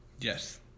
yes